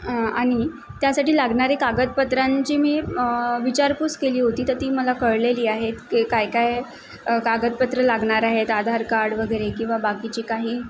आणि त्यासाठी लागणारे कागदपत्रांची मी विचारपूस केली होती तर ती मला कळलेली आहेत की काय काय कागदपत्रं लागणार आहेत आधार कार्ड वगैरे किंवा बाकीची काही